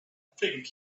think